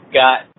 got